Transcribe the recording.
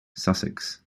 sussex